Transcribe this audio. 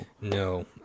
No